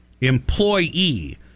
Employee